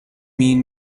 mean